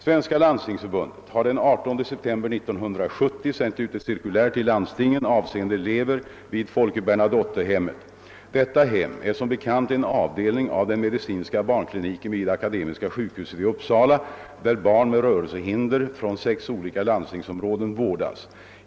Svenska landstingsförbundet har den 18 september 1970 sänt ut ett cirkulär till landstingen avseende elever vid Folke Bernadottehemmet. Detta hem är som bekant en avdelning av den medicinska barnkliniken vid Akademiska sjukhuset i Uppsala, där barn med rörelsehinder från sex olika landstingsområden vårdas.